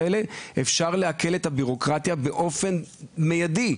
אפשר יהיה להקל את הבירוקרטיה באופן מידי,